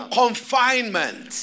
confinement